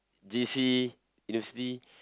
J_C university